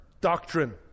Doctrine